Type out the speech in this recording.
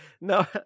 no